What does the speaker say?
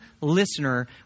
listener